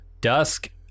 Dusk